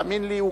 תאמין לי,